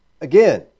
again